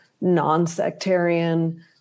non-sectarian